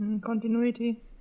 Continuity